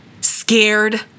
scared